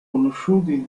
conosciuti